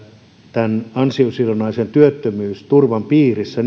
tämän ansiosidonnaisen työttömyysturvan piirissä